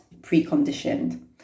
preconditioned